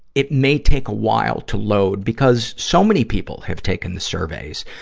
it may take a while to load, because so many people have taken the surveys.